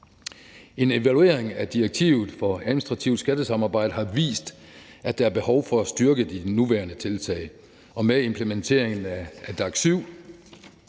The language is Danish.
En evaluering af direktivet for administrativt skattesamarbejde har vist, at der er behov for at styrke de nuværende tiltag, og med implementeringen af DAC7